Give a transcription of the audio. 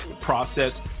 process